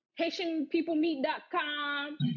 Haitianpeoplemeet.com